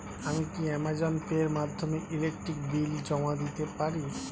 আমি কি Amazon pay এর মাধ্যমে ইলেকট্রিক বিল জমা দিতে পারি?